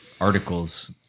articles